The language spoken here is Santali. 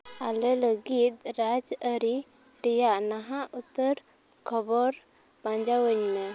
ᱟᱞᱮ ᱞᱟᱹᱜᱤᱫ ᱨᱟᱡᱽ ᱟᱹᱨᱤ ᱨᱮᱭᱟᱜ ᱱᱟᱦᱟᱜ ᱩᱛᱟᱹᱨ ᱠᱷᱚᱵᱚᱨ ᱯᱟᱸᱡᱟ ᱟᱹᱧ ᱢᱮ